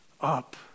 up